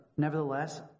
Nevertheless